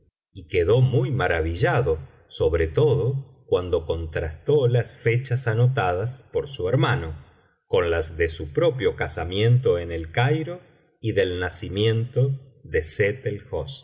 y quedó muy maravillado sobre todo cuando contrastó las fechas anotadas por su hermano con las de su propio casamiento en el cairo y del nacimiento de sett